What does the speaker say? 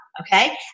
Okay